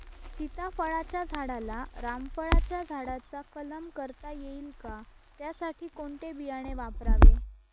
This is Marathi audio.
सीताफळाच्या झाडाला रामफळाच्या झाडाचा कलम करता येईल का, त्यासाठी कोणते बियाणे वापरावे?